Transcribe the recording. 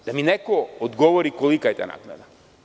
Neka mi neko odgovori kolika je ta naknada.